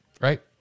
right